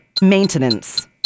maintenance